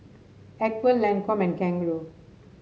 Acwell Lancome and Kangaroo